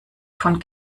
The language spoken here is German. von